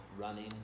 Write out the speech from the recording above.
running